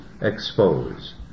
expose